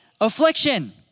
affliction